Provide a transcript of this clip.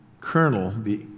colonel